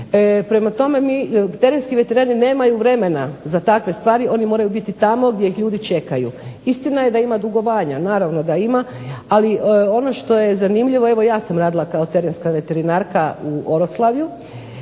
prema tome, mi, terenski veterinari nemaju vremena za takve stvari. Oni moraju biti tamo gdje ih ljudi čekaju. Istina je da ima dugovanja. Naravno da ima, ali ono što je zanimljivo evo ja sam radila kao terenska veterinarka u Oroslavju